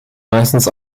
meistens